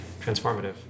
transformative